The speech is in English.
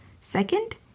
Second